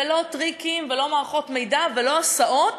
לא טריקים ולא מערכות מידע ולא הסעות